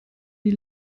die